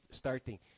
starting